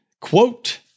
Quote